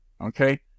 okay